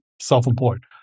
self-employed